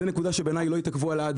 זה נקודה שבעיניי לא התעכבו עליה עד